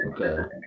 okay